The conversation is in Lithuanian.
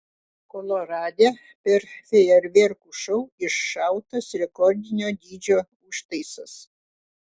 kolorade per fejerverkų šou iššautas rekordinio dydžio užtaisas